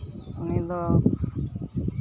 ᱩᱱᱤᱫᱚ